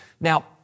Now